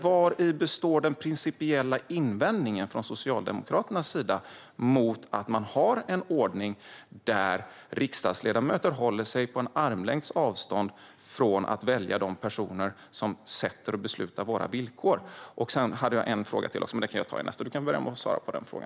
Vari består den principiella invändningen från Socialdemokraterna mot att ha en ordning där riksdagsledamöter håller sig på en armlängds avstånd från att välja de personer som sätter och beslutar om våra villkor? Jag har en fråga till, men den kan jag ta i nästa inlägg. Du kan börja med att svara på denna fråga.